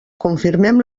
confirmem